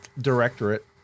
directorate